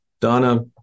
Donna